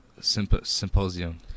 symposium